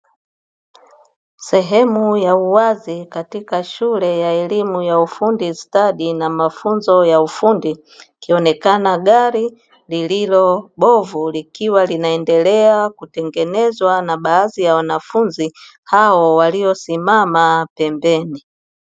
Sehemu ya uwazi katika shule ya elimu ya ufundi stadi na mafunzo ya ufundi, ikionekana gari lililo bovu likiwa linaendelea kutengenezwa na baadhi ya wanafunzi hao waliosimama pembeni.